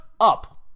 up